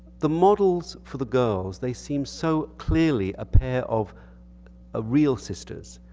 the models for the girls, they seem so clearly a pair of ah real sisters.